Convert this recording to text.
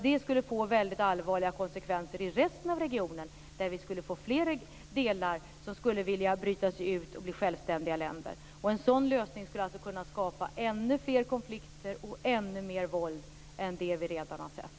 Det skulle få väldigt allvarliga konsekvenser i resten av regionen, där flera delregioner skulle vilja bryta sig ut och bli självständiga länder. En sådan lösning skulle kunna skapa ännu fler konflikter och ännu mer våld än det vi redan har sett.